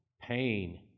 pain